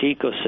ecosystem